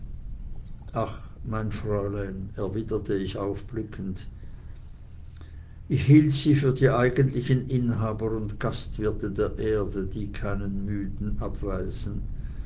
ach mein fräulein erwiderte ich aufblickend ich hielt sie für die eigentlichen inhaber und gastwirte der erde die keinen müden abweisen